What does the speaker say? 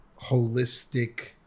holistic